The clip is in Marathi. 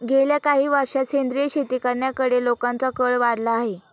गेल्या काही वर्षांत सेंद्रिय शेती करण्याकडे लोकांचा कल वाढला आहे